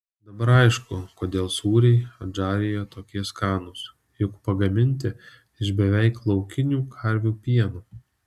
dabar aišku kodėl sūriai adžarijoje tokie skanūs juk pagaminti iš beveik laukinių karvių pieno